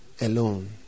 alone